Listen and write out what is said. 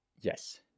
Yes